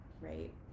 right